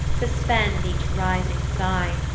suspend each rising sigh,